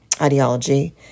ideology